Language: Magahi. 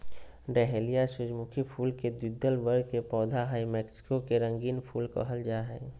डहेलिया सूर्यमुखी फुल के द्विदल वर्ग के पौधा हई मैक्सिको के रंगीन फूल कहल जा हई